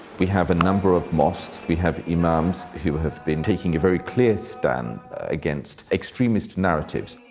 we have a number of mosques. we have imams who have been taking a very clear stand against extremist narratives.